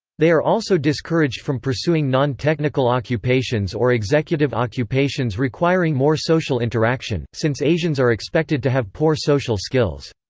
they are also discouraged from pursuing non-technical occupations or executive occupations requiring more social interaction, since asians are expected to have poor social skills.